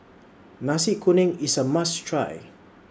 Nasi Kuning IS A must Try